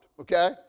okay